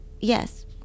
Yes